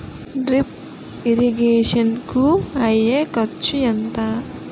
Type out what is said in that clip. Drip irrigation కూ అయ్యే ఖర్చు ఎంత?